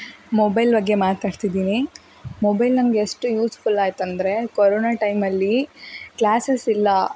mobile ಬಗ್ಗೆ ಮಾತಾಡ್ತಿದ್ದೀನಿ mobile ನಂಗೆ ಎಷ್ಟು ಯೂಸ್ಫುಲ್ ಆಯ್ತಂದರೆ ಕೊರೋನಾ ಟೈಮಲ್ಲಿ ಕ್ಲಾಸಸ್ ಇಲ್ಲ